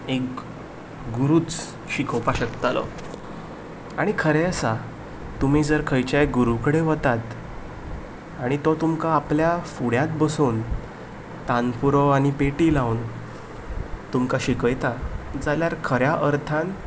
एक गुरूच शिकोवपा शकतालो आनी खरें आसा तुमी जर खंयचेय गुरू कडेन वतात आनी तो तुमकां आपल्या फुड्यांत बसोवन तानपुरो आनी पेटी लावन तुमकां शिकयता जाल्यार खऱ्या अर्थान